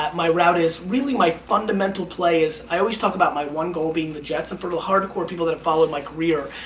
my route is really my fundamental play is i always talk about my one goal being the jets and for the hardcore people that followed my career,